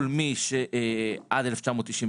כל מי שעד 1996,